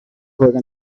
juega